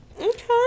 okay